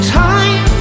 time